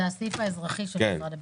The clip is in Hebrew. זה הסעיף האזרחי של משרד הביטחון.